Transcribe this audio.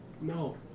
No